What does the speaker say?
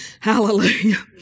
hallelujah